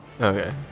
Okay